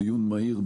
דיון מהיר,